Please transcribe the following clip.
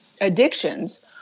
addictions